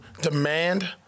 demand